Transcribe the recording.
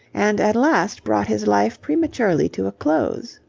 and at last brought his life prematurely to a close.